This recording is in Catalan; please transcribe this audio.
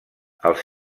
els